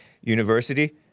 University